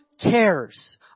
cares